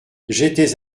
j’étais